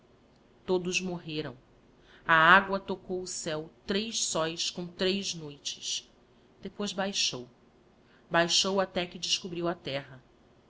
todos morreram a agua tocou o céu três soes com três noites depois baixou baixou até que descobriu a terra